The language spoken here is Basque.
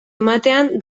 ematean